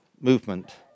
movement